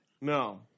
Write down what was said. No